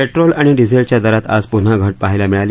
petrol आणि डीझेलच्या दरात आज प्न्हा घट पहायला मिळाली